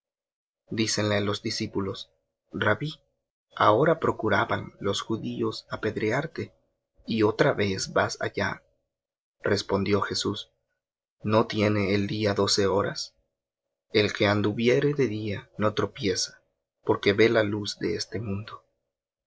vez dícenle los discípulos rabbí ahora procuraban los judíos apedrearte y otra vez vas allá respondió jesús no tiene el día doce horas el que anduviere de día no tropieza porque ve la luz de este mundo